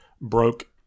broke